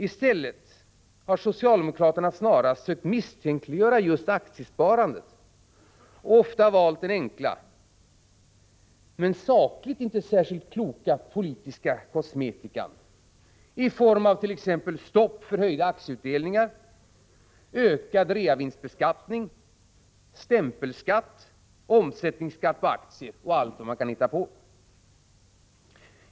I stället har socialdemokraterna snarast försökt misstänkliggöra just aktiesparandet och ofta valt den enkla men sakligt inte särskilt kloka politiska kosmetikan i form av t.ex. stopp för höjning av aktieutdelningarna, ökad reavinstbeskattning, stämpelskatt, omsättningsskatt på aktier och allt vad man kan hitta på.